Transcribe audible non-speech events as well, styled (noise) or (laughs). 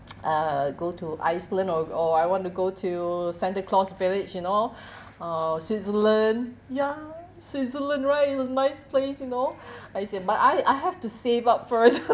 (noise) uh go to iceland or or I want to go to santa claus village you know (breath) uh switzerland ya switzerland right is a nice place you know (breath) I said but I I have to save up first (laughs)